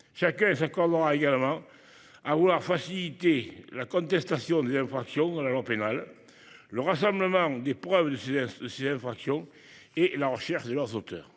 Chacun s'accordera également à vouloir faciliter la constatation des infractions à la loi pénale, le rassemblement des preuves de ces mêmes infractions et la recherche de leurs auteurs.